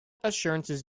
assurances